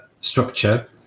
structure